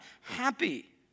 happy